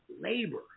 labor